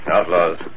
Outlaws